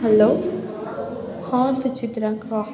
hello ହଁ ସୁଚିତ୍ରା କହ